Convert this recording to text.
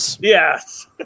Yes